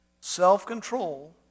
self-control